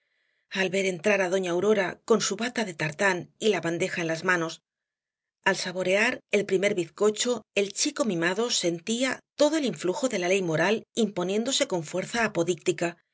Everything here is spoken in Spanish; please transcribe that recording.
ver entrar á doña aurora con su bata de tartán y la bandeja en las manos al saborear el primer bizcocho el chico mimado sentía todo el influjo de la ley moral imponiéndose con fuerza apodíctica